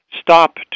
stop